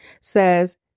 says